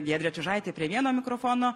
giedrė čiužaitė prie vieno mikrofono